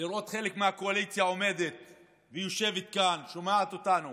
לראות חלק מהקואליציה יושבת כאן ושומעת אותנו,